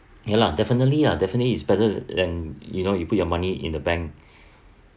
ya lah definitely lah definitely is better than you know you put your money in the bank